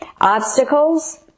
Obstacles